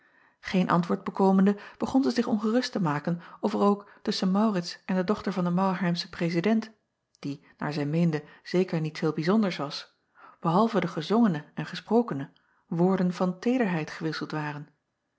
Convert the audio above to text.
een antwoord bekomende begon zij zich ongerust te maken of er ook tusschen aurits en de dochter van den arlheimschen prezident die naar zij meende zeker niet veel bijzonders was behalve de gezongene en gesprokene woorden van teederheid gewisseld waren